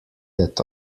that